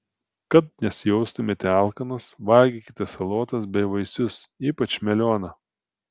kad nesijaustumėte alkanos valgykite salotas bei vaisius ypač melioną